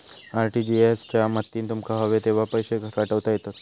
RTGS च्या मदतीन तुमका हवे तेव्हा पैशे पाठवता येतत